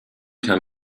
time